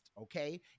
okay